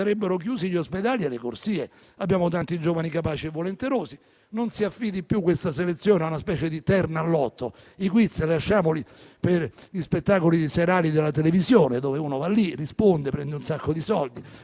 sarebbero chiusi gli ospedali e le corsie. Abbiamo tanti giovani capaci e volenterosi. Quindi, non si affidi più questa selezione a una specie di terno al lotto. I quiz lasciamoli agli spettacoli serali della televisione, dove uno va, risponde, prende un sacco di soldi;